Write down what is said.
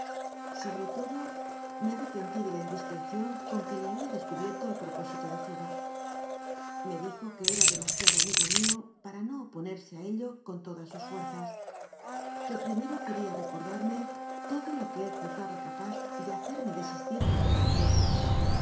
sobre todo me arrepentí de la indiscreción con que le había descubierto el pro pósito de fuga me dijo que era demasiado ami go mío para no oponerse ello con todas sus fuerzas que primero quería recordarme todo lo que él juzgaba capaz de hacerme desistir de aque lla empresa